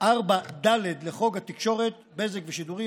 4ד לחוק התקשורת (בזק ושידורים),